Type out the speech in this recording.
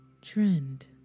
trend